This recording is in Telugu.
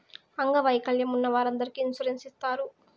అంగవైకల్యం ఉన్న వారందరికీ ఇన్సూరెన్స్ ఇత్తారు